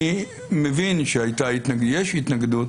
אני מבין שיש התנגדות